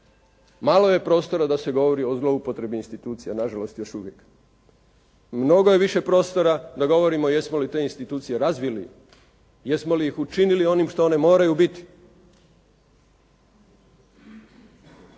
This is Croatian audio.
malo je prostora da se govori o zloupotrebi institucija nažalost još uvijek. Mnogo je više prostora da govorimo jesmo li te institucije razvili, jesmo li ih učinili onim što one moraju biti?